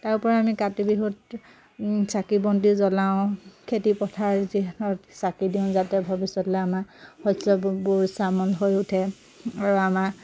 তাৰোপৰি আমি কাতি বিহুত চাকি বন্তি জ্বলাওঁ খেতিপথাৰ যিহেতু চাকি দিওঁ যাতে ভৱিষ্যতলে আমাৰ শস্যবোৰ শ্যামল হৈ উঠে আৰু আমাৰ